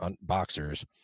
boxers